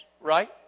Right